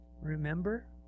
remember